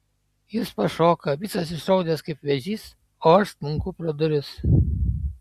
jis pašoka visas išraudęs kaip vėžys o aš smunku pro duris